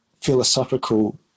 philosophical